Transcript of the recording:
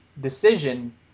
decision